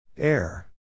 Air